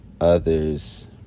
others